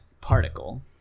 particle